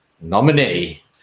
nominee